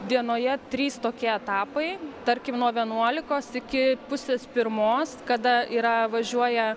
dienoje trys tokie etapai tarkim nuo vienuolikos iki pusės pirmos kada yra važiuoja